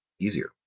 easier